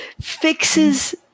fixes